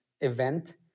event